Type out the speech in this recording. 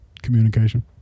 Communication